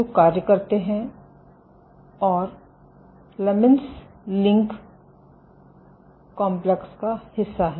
जो कार्य करते हैं और लमीन्स लिंक कॉम्प्लेक्स का हिस्सा हैं